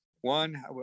one